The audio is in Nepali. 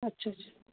अच्छा अच्छा